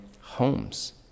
homes